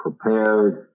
prepared